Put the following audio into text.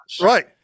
Right